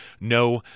no